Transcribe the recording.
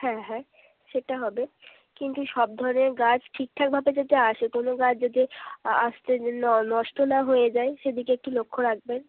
হ্যাঁ হ্যাঁ সেটা হবে কিন্তু সব ধরনের গাছ ঠিকঠাকভাবে যাতে আসে কোনও গাছ যদি আসতে নষ্ট না হয়ে যায় সেদিকে একটু লক্ষ্য রাখবেন